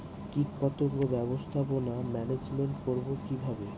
কীটপতঙ্গ ব্যবস্থাপনা ম্যানেজমেন্ট করব কিভাবে?